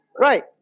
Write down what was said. Right